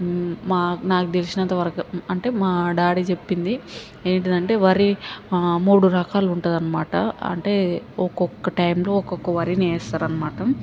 మా నాకు తెలిసినంతవరకు అంటే మా డాడీ చెప్పింది ఏంటిది అంటే వరి ఆ మూడు రకాలు ఉంటది అనమాట అంటే ఒకొక్క టైంలో ఒకొక్క వరిని వేస్తారు అనమాట